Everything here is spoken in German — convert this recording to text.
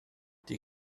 die